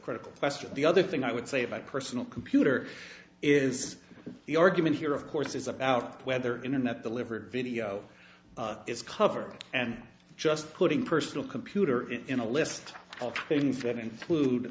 critical question the other thing i would say about personal computer is the argument here of course is about whether internet delivered video is covered and just putting personal computer in a list of things